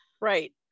Right